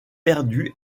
perdu